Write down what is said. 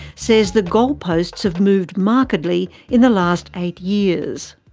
says the goalposts have moved markedly in the last eight years.